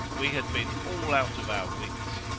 we had been all out of our wits.